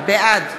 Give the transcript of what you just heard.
בעד